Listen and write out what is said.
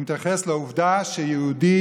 אני מתייחס לעובדה שיהודי,